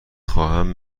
خواهم